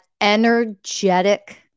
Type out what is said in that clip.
energetic